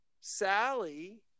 Sally